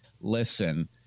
listen